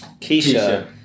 Keisha